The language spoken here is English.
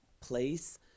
place